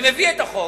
אני מביא את החוק,